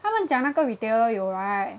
他们讲那个 retailer 有 right